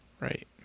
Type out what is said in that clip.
Right